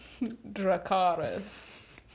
Dracaris